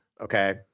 Okay